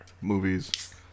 Movies